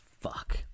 Fuck